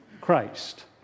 Christ